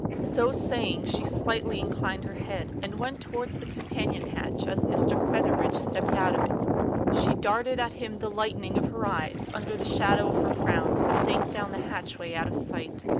so saying, she slightly inclined her head, and went towards the companion-hatch as mr. featherbridge stepped out of it she darted at him the lightning of her eyes, under the shadow of her frown, and sank down the hatchway out of sight.